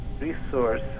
resource